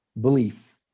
belief